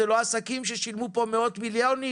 זה לא עסקים ששילמו פה מאות מיליונים